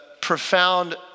profound